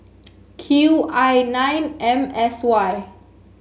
Q I nine M S Y